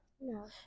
No